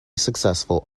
successful